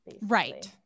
Right